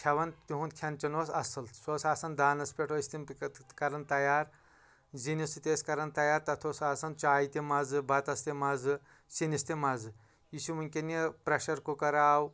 کھٮ۪وان تِہُنٛد کھٮ۪ن چٮ۪ن اوس اصل سُہ اوس آسان دانس پٮ۪ٹھ ٲسۍ تِم کران تیار زِنِس سۭتۍ ٲسۍ کران تیار تتھ اوس آسان چایہِ تہِ مزٕ بتس تہِ مزٕ سِنس تہِ مزٕ یہِ چھُ وُنکیٚن یہِ پریشر کُکر آو